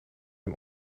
een